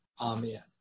Amen